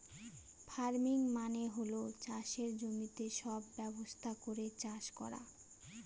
farming মানে হল চাষের জমিতে সব ব্যবস্থা করে চাষ করা